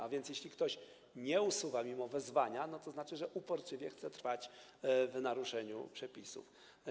A więc jeśli ktoś nie usuwa tego mimo wezwania, to znaczy, że uporczywie chce trwać w naruszeniu przepisów.